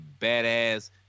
badass